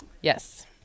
yes